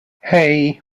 hey